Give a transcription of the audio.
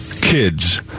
kids